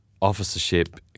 officership